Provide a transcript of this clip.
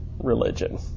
religion